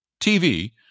TV